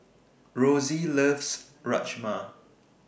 Rosy loves Rajma